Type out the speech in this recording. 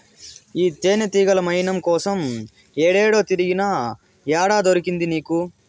ఈ తేనెతీగల మైనం కోసం ఏడేడో తిరిగినా, ఏడ దొరికింది నీకు